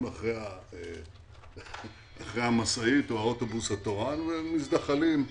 אחרי המשאית או האוטובוסים התורן ומזדחלים.